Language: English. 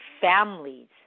families